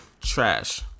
Trash